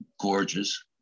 gorgeous